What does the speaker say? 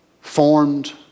formed